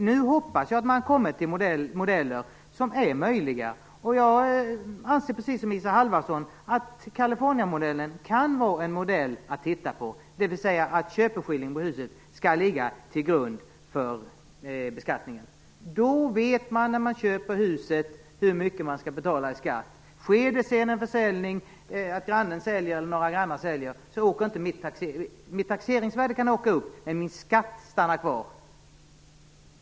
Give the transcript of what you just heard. Nu hoppas jag att man kommer fram till modeller som är möjliga. Jag anser, precis som Isa Halvarsson, att Kalifornienmodellen kan vara värd att undersöka. Den innebär att husets köpeskilling skall ligga till grund för beskattningen. Då vet man när man köper huset hur mycket man skall betala i skatt. Om några grannar säljer, åker inte skatten upp för det.